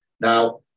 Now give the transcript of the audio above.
Now